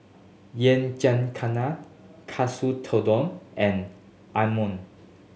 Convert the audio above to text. Yakizakana Katsu Tendon and Imoni